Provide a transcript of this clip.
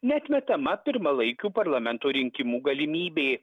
neatmetama pirmalaikių parlamento rinkimų galimybė